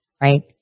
right